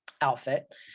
outfit